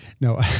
No